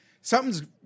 something's